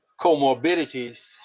comorbidities